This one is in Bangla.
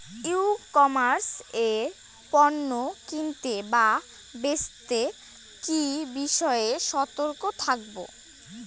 ই কমার্স এ পণ্য কিনতে বা বেচতে কি বিষয়ে সতর্ক থাকব?